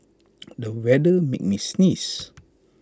the weather made me sneeze